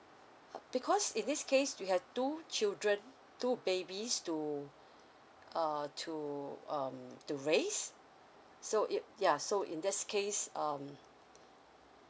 because in this case you have two children two babies to uh to um to raise so it ya so in this case um